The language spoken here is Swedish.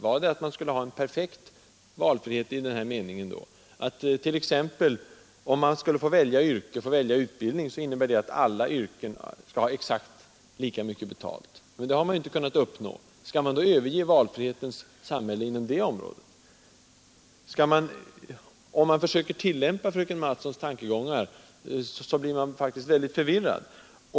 Var det att man skulle ha en perfekt valfrihet så att då det t.ex. gällde att välja utbildning och yrke det skulle vara samma betalning för alla yrken? Det har man ju inte kunnat uppnå. Skall vi alltså överge valfrihetens samhälle som mål för det området också? Om man försöker tillämpa fröken Mattsons tankegångar blir man faktiskt förvirrad.